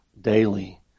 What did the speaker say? daily